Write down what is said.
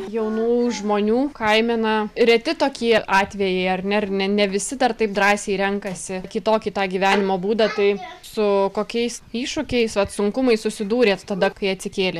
jaunų žmonių kaime na reti tokie atvejai ar ne ar ne visi dar taip drąsiai renkasi kitokį gyvenimo būdą tai su kokiais iššūkiais vat sunkumais susidūrėt tada kai atsikėlėt